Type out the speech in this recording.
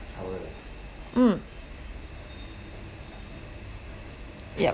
mm yup